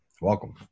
welcome